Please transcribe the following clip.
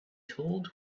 told